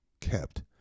kept